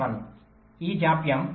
1 ఈ జాప్యం 0